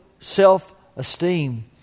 self-esteem